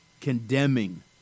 condemning